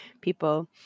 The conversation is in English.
people